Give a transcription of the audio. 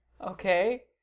Okay